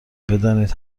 بدانید